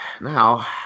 now